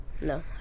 No